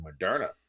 Moderna